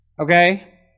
okay